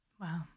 Wow